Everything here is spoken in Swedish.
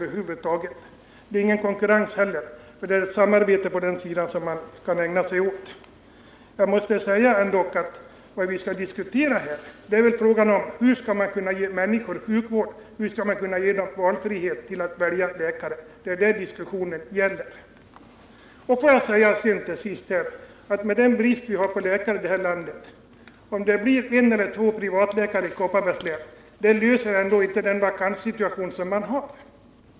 Det blir inte heller någon konkurrens, utan det skulle i stället bli en komplettering till nuvarande knappa läkartillgång.. Vad vi här bör diskutera är frågan hur vi skall kunna ge människor sjukvård och ge dem frihet att välja läkare. Det är det diskussionen gäller. Med den brist på läkare som vi har i det här landet påverkar inte en eller två privatläkare i Kopparbergs län den vakanssituation som föreligger.